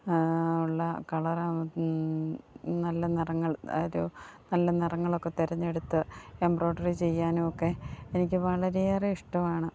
ഉള്ള കളർ നല്ല നിറങ്ങൾ ഒരു നല്ല നിറങ്ങളൊക്കെ തിരഞ്ഞെടുത്ത് എംബ്രോയിഡറി ചെയ്യാനുമൊക്കെ എനിക്ക് വളരെയേറെ ഇഷ്ടമാണ്